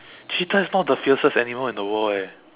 cheetah is not the fiercest animal in the world eh